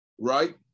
right